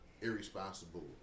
irresponsible